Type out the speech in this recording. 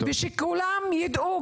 ושכולם ידעו,